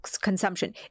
consumption